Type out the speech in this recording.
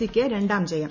സിക്ക് രണ്ടാം ജയം